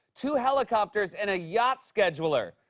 two helicopters, and a yacht scheduler.